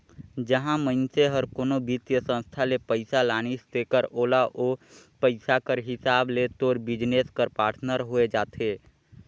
जहां मइनसे हर कोनो बित्तीय संस्था ले पइसा लानिस तेकर ओला ओ पइसा कर हिसाब ले तोर बिजनेस कर पाटनर होए जाथे